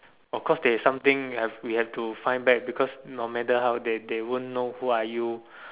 of course there's something we have we have to find back because no matter how they they won't know who are you